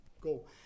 go